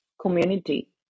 community